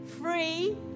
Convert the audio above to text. free